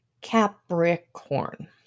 Capricorn